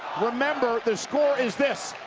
remember the score is this.